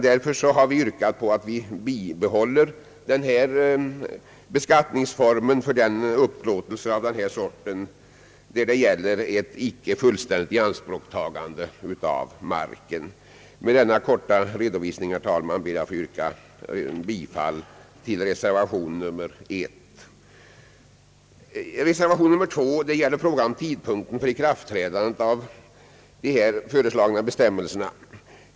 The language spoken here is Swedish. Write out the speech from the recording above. Därför har vi yrkat på bibehållande av nuvarande beskattningsform för upplåtelser av den art som gäller icke fullständigt ianspråktagande av mark. Med denna korta redovisning, herr talman, ber jag att få yrka bifall till reservation 1. Reservation 2 gäller tidpunkten för ikraftträdandet av de föreslagna bestämmelserna.